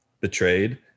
Betrayed